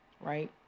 right